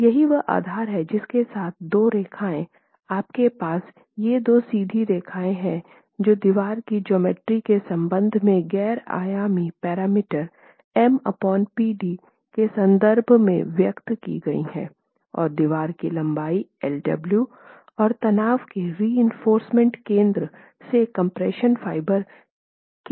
तो यही वह आधार है जिसके साथ ये दो रेखाएं आपके पास ये दो सीधी रेखाएं हैं जो दीवार की जोमेट्री के संबंध में गैर आयामी पैरामीटर MPd के संदर्भ में व्यक्त की गई है और दीवार की लंबाई lw और तनाव के रिइंफोर्समेन्ट केंद्र से कम्प्रेशन फाइबर के आखिरी दूरी तक